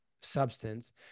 substance